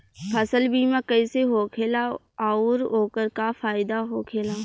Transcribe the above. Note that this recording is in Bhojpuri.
फसल बीमा कइसे होखेला आऊर ओकर का फाइदा होखेला?